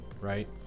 right